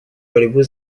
борьбу